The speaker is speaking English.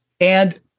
And-